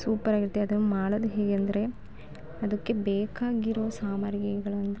ಸೂಪರಾಗಿರುತ್ತೆ ಅದನ್ನು ಮಾಡೋದು ಹೇಗೆ ಅಂದರೆ ಅದಕ್ಕೆ ಬೇಕಾಗಿರುವ ಸಾಮಗ್ರಿಗಳು ಅಂದರೆ